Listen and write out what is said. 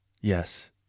Yes